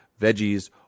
veggies